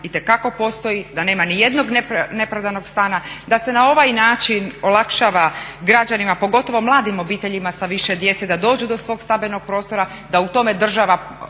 itekako postoji, da nema nijednog neprodanog stana, da se na ovaj način olakšava građanima pogotovo mladim obiteljima sa više djece da dođu do svog stambenog prostora, da u tome država